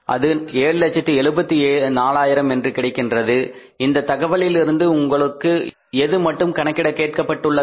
அது 774000 என்று கிடைக்கின்றது இந்த தகவலில் இருந்து உங்களுக்கு எது மட்டும் கணக்கிட கேட்டுக்கொள்ளப்பட்டுள்ளது